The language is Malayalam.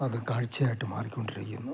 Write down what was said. അത് കാഴ്ചയായിട്ട് മാറി കൊണ്ടിരിക്കുന്നു